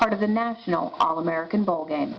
part of the national all american ball game